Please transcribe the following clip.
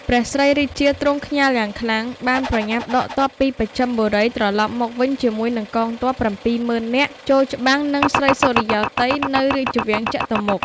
ព្រះស្រីរាជា ទ្រង់ខ្ញាល់យ៉ាងខ្លាំង បានប្រញាប់ដកទ័ពពីបស្ចឹមបុរី ត្រឡប់មកវិញជាមួយនិងកងទ័ព ៧មុឺននាក់ចូលច្បាំងនិង ស្រីសុរិយោទ័យ នៅរាជវាំងចតុមុខ